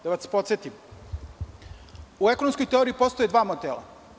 Da vas podsetim, u ekonomskoj teoriji postoje dva modela.